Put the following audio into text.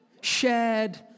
shared